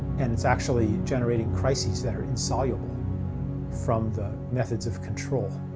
and it's actually generating crises that are insoluble from the methods of control.